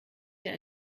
hier